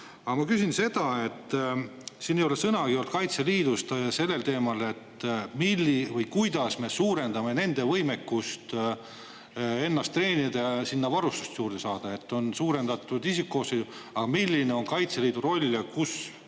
Aga ma küsin seda. Siin ei ole sõnagi Kaitseliidust ja sellel teemal, kuidas me suurendame nende võimekust ennast treenida, sinna varustust juurde saada. On suurendatud isikkoosseisu, aga milline on Kaitseliidu roll? Kus